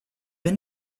been